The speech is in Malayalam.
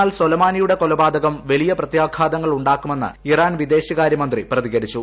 എന്നാൽ സൊലമാനിയുടെ കൊലപാതകം വലിയ പ്രത്യാഘാതങ്ങൾ ഉണ്ടാക്കുമെന്ന് ഇറാൻ വിദേശകാര്യമന്ത്രി പ്രതികരിച്ചു